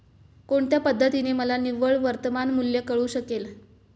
कोणत्या पद्धतीने मला निव्वळ वर्तमान मूल्य कळू शकेल?